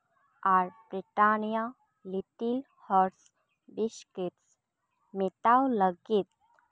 ᱟᱨ Britannia little hearts biscuits ᱢᱮᱴᱟᱣ ᱞᱟᱹᱜᱤᱫ